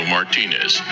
Martinez